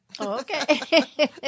Okay